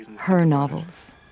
her novels.